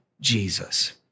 Jesus